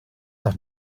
doch